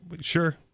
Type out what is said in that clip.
Sure